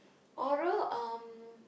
Oral um